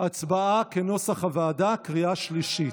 הצבעה כנוסח הוועדה, קריאה שלישית.